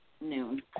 noon